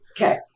Okay